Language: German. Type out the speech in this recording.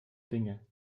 dinge